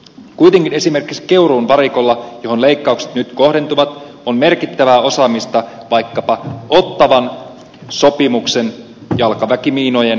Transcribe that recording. kuitenkin esimerkiksi keuruun varikolla johon leikkaukset nyt kohdentuvat on merkittävää osaamista vaikkapa ottawan sopimuksen jalkaväkimiinojen hävittämisessä